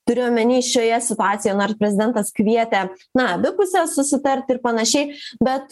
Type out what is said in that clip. turiu omeny šioje situacijoj nors prezidentas kvietė na abi puses susitart ir panašiai bet